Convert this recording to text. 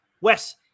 Wes